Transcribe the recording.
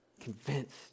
convinced